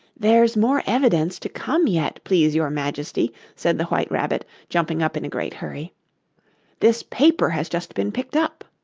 there's more evidence to come yet, please your majesty said the white rabbit, jumping up in a great hurry this paper has just been picked up